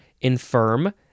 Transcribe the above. infirm